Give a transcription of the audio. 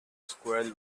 squirrel